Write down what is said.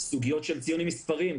סוגיות של ציונים מספריים,